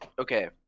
okay